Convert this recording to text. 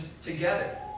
together